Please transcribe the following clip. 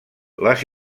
les